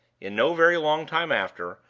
in no very long time after,